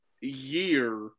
year